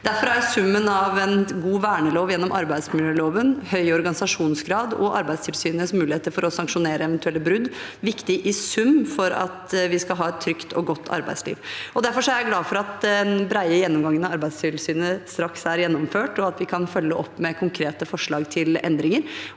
Derfor er summen av en god vernelov gjennom arbeidsmiljøloven, høy organisasjonsgrad og Arbeidstilsynets muligheter for å sanksjonere eventuelle brudd viktig for at vi skal ha et trygt og godt arbeidsliv. Og derfor er jeg glad for at den brede gjennomgangen av Arbeidstilsynet straks er gjennomført, og at vi kan følge opp med konkrete forslag til endringer.